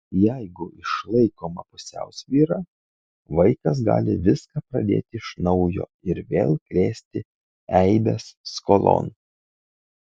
jeigu išlaikoma pusiausvyra vaikas gali viską pradėti iš naujo ir vėl krėsti eibes skolon